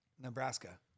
Nebraska